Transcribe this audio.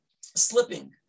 slipping